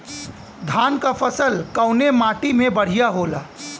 धान क फसल कवने माटी में बढ़ियां होला?